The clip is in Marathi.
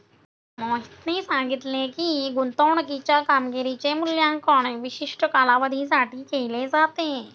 मोहितने सांगितले की, गुंतवणूकीच्या कामगिरीचे मूल्यांकन विशिष्ट कालावधीसाठी केले जाते